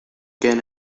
كان